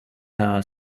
are